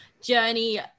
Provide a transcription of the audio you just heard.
journey